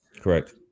Correct